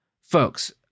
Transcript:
folks